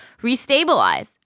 restabilize